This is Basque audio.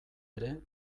ere